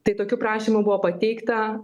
tai tokių prašymų buvo pateikta